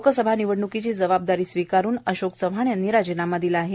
लोकसभा निवडण्कीची जबाबदारी स्वीकारून अशोक चव्हाण यांनी राजीनामा दिला आहे